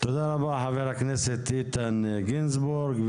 תודה רבה, חבר הכנסת איתן גינזבורג.